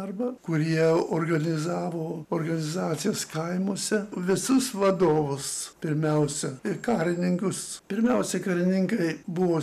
arba kurie organizavo organizacijas kaimuose visus vadovus pirmiausia karininkus pirmiausia karininkai buvo